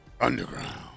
Underground